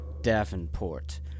Davenport